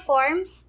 Forms